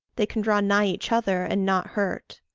they can draw nigh each other and not hurt.